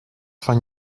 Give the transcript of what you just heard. van